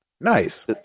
nice